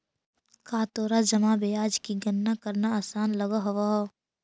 का तोरा जमा ब्याज की गणना करना आसान लगअ हवअ